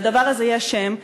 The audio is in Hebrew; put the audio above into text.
לדבר הזה יש שם.